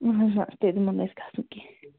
نہَ حظ نہَ تیٚلہِ مہٕ حظ کھَسو کیٚنٛہہ